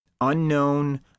unknown